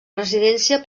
residència